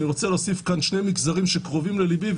אני רוצה להוסיף כאן שני מגזרים שקרובים לליבי,